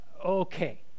okay